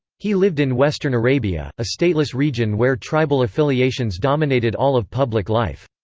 he lived in western arabia, a stateless region where tribal affiliations dominated all of public life.